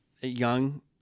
young